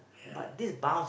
ya